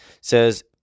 says